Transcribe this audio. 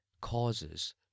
causes